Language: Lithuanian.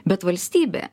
bet valstybė